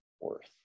worth